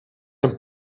een